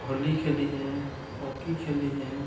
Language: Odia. ଭଲି ଖେଲିଚେଁ ହକି ଖେଲିଚେଁ